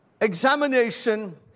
examination